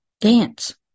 Dance